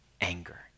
anger